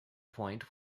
point